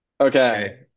Okay